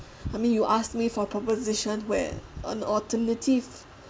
I mean you asked me for proposition where an alternative